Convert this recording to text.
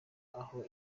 aho